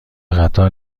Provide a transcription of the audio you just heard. قطار